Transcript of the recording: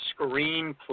screenplay